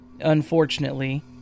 Unfortunately